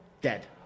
dead